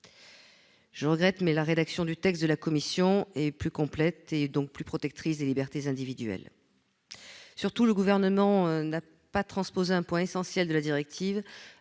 personne ». La rédaction votée par la commission est plus complète, donc plus protectrice des libertés individuelles. Surtout, le Gouvernement n'a pas transposé un point essentiel de la directive,